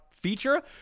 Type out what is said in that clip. Feature